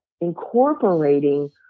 incorporating